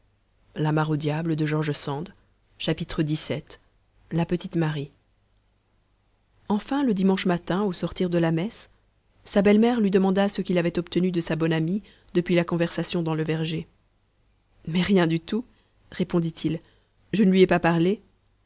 xvii la petite marie enfin le dimanche matin au sortir de la messe sa belle-mère lui demanda ce qu'il avait obtenu de sa bonne amie depuis la conversation dans le verger mais rien du tout répondit-il je ne lui ai pas parlé